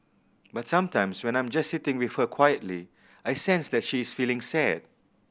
but sometimes when I'm just sitting with her quietly I sense that she is feeling sad